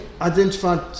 identified